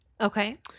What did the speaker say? Okay